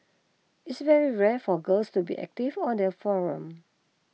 it's very rare for girls to be active on their forum